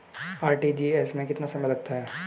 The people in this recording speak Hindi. आर.टी.जी.एस में कितना समय लगता है?